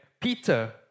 Peter